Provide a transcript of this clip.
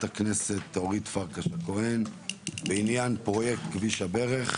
הכנסת אורית פרקש הכהן בעניין פרויקט כביש הברך,